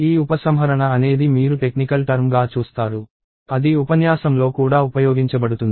ఈ ఉపసంహరణ అనేది మీరు టెక్నికల్ టర్మ్ గా చూస్తారు అది ఉపన్యాసంలో కూడా ఉపయోగించబడుతుంది